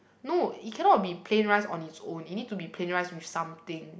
no it cannot be plain rice on its own it need to be plain rice with something